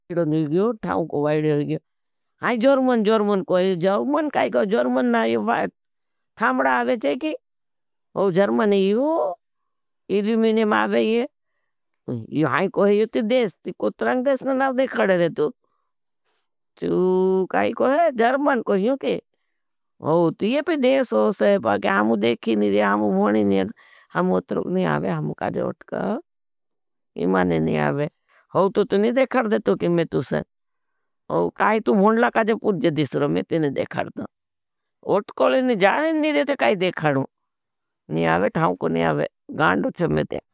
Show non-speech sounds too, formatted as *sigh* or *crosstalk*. German German कोई, German काई कोई, जर्मन ना ये बात, थामड़ा आवेच है कि जर्मन इयू इलिमिने मा आवेच है। यहाई कोई ये ती देश ती, कुछ रंग देश ना नावदेख खड़े रहे तो। चू काई कोई, जर्मन कोई, हियों कि हो ती ये भी देश हो से। प तो कीमें तू से, *unintelligible* काई तू भून लाका जे पुछ जे दिसरों, में तेने देखार दो, ओटकोल इनने जानेन नहीं रहे थे। काई देखारों, नहीं आवे ठामको नहीं आवे, गांड़ू छे में ते।